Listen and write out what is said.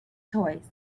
toys